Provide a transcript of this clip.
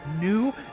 new